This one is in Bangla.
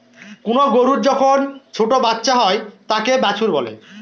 কোনো গরুর যখন ছোটো বাচ্চা হয় তাকে বাছুর বলে